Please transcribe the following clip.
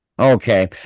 Okay